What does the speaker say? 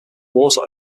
water